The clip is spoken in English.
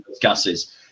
gases